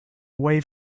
away